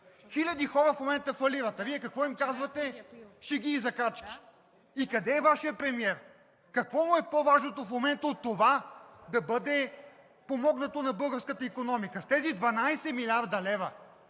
Хиляди хора в момента фалират, а Вие какво им казвате – шеги и закачки?! И къде е Вашият премиер? Какво му е по-важното в момента от това да бъде подмогната българската икономика с тези 12 млрд. лв.?!